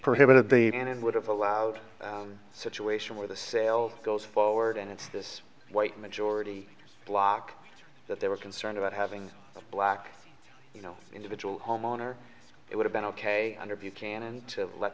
prohibited the and it would have allowed a situation where the sale goes forward and it's this white majority block that they were concerned about having black you know individual homeowner it would have been ok under buchanan to let